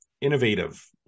innovative